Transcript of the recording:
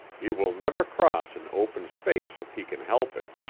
he will never cross an open space if he can help it,